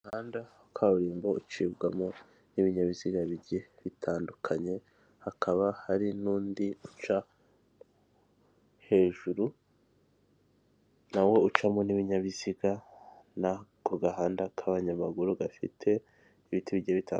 Umuhanda wa kaburimbo ucibwamo n'ibinyabiziga bigiye bitandukanye, hakaba hari n'undi uca hejuru nawo ucamo n'ibinyabiziga n'ako gahanda k'abanyamaguru gafite ibiti bigiye bitandukanye.